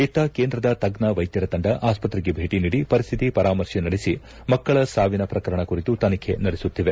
ಇತ್ತ ಕೇಂದ್ರದ ತಜ್ಞ ವೈದ್ದರ ತಂಡ ಆಸ್ತ್ರೆಗೆ ಭೇಟಿ ನೀಡಿ ಪರಿಸ್ಲಿತಿ ಪರಾಮರ್ಶೆ ನಡೆಸಿ ಮಕ್ಕಳ ಸಾವಿನ ಪ್ರಕರಣ ಕುರಿತು ತನಿಖೆ ನಡೆಸುತ್ತಿದೆ